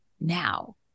now